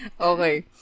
okay